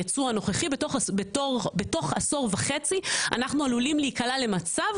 בתוך עשור וחצי אנחנו עלולים להיקלע למצב